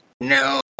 No